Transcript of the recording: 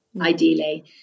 ideally